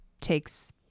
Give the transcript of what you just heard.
takes